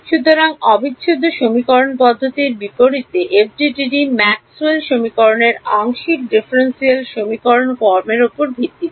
সুতরাং অবিচ্ছেদ্য সমীকরণ পদ্ধতির বিপরীতে এফডিটিডি ম্যাক্সওয়েলের Maxwell'sসমীকরণের আংশিক ডিফারেনশিয়াল সমীকরণ ফর্মের উপর ভিত্তি করে